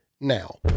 now